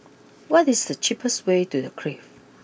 what is the cheapest way to the Clift